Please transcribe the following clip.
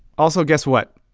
also, guess what.